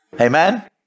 Amen